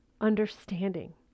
understanding